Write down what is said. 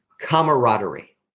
camaraderie